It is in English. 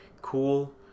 cool